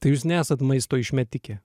jūs nesat maisto išmetikė